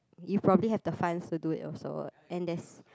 you probably have the funds to do it also and there's